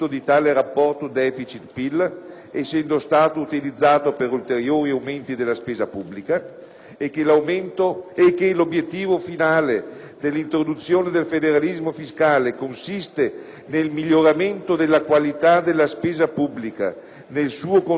l'obiettivo finale dell'introduzione del federalismo fiscale consiste nel miglioramento della qualità della spesa pubblica, nel suo contenimento e nella riduzione della pressione fiscale complessiva, impegna il Governo